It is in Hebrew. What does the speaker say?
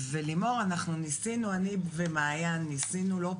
ולימור, אנחנו ניסינו, אני ומעיין, ניסינו לא פעם,